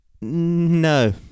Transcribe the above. no